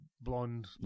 blonde